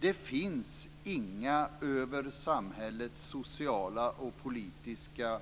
Det finns inga över samhällets sociala och politiska